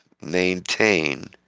maintain